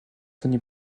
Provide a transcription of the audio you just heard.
tony